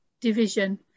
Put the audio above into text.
division